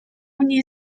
үүний